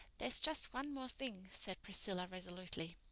there's just one more thing, said priscilla resolutely.